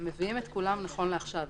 הם מביאים את כולם נכון לעכשיו.